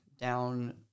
down